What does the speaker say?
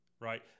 Right